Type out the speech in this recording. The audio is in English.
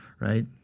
right